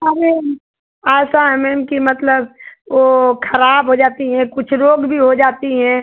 अरे ऐसा है मैम कि मतलब ओ खराब हो जाती हैं कुछ रोग भी हो जाती हैं